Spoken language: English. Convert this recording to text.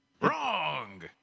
Wrong